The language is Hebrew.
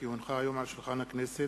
כי הונחה היום על שולחן הכנסת,